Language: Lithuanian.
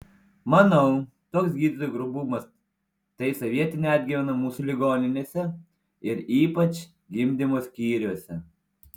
manau toks gydytojų grubumas tai sovietinė atgyvena mūsų ligoninėse ir ypač gimdymo skyriuose